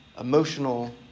emotional